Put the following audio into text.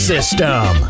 System